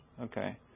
Okay